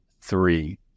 three